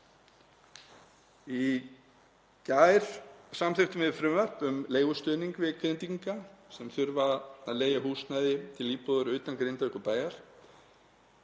Í gær samþykktum við frumvarp um leigustuðning við Grindvíkinga sem þurfa að leigja húsnæði til íbúðar utan Grindavíkurbæjar